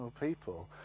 people